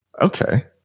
Okay